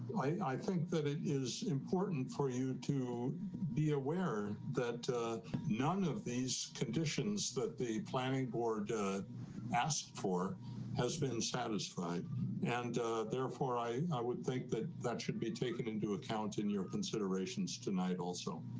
i think that it is important for you to be aware that none of these conditions that the planning board asked for has been satisfied and therefore i i would think that that should be taken into account in your considerations tonight, also.